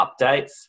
updates